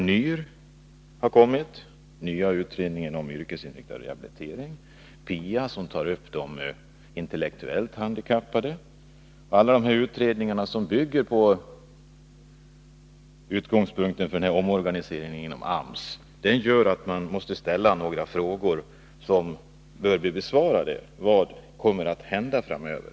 NYR — nya utredningen om yrkesinriktad rehabilitering — har lagts fram, liksom PIA, som tar upp de intellektuellt handikappades problem. Dessa utredningar bygger på utgångspunkterna för omorganisationen inom AMS, och det gör att man måste ställa några frågor som bör bli besvarade. Vad kommer att hända framöver?